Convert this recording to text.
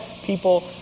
people